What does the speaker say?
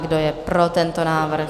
Kdo je pro tento návrh?